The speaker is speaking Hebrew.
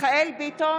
מיכאל ביטון,